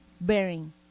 bearing